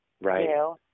Right